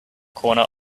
corner